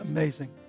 Amazing